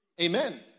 Amen